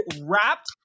wrapped